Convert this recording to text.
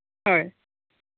ᱦᱳᱭ